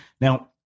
Now